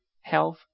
health